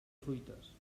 fruites